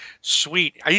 sweet